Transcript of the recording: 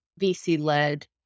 VC-led